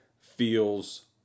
feels